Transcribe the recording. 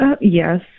Yes